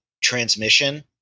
transmission